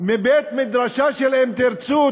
מבית-מדרשה של "אם תרצו",